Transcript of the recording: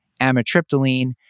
amitriptyline